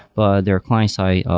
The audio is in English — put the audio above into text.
but their client side,